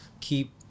keep